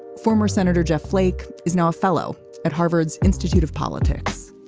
former senator jeff flake is now a fellow at harvard's institute of politics.